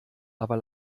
aber